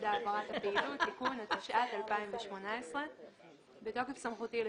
אני פותח את